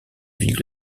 ville